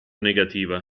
negativa